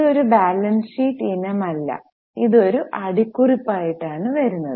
ഇത് ഒരു balance sheet ഇനമല്ല ഇത് ഒരു അടിക്കുറിപ്പായിട്ടാണ് വരുന്നത്